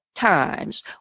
times